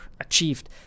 achieved